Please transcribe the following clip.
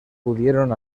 pudieron